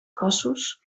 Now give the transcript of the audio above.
cossos